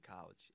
college